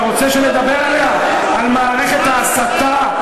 אתה רוצה שנדבר על מערכת ההסתה?